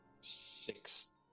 six